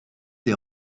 des